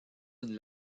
une